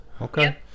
Okay